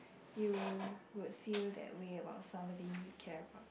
you would feel that way about somebody you care about